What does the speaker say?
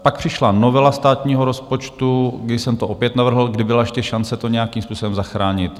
Pak přišla novela státního rozpočtu, kdy jsem to opět navrhl, kdy byla ještě šance to nějakým způsobem zachránit.